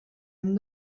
hem